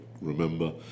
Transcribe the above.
remember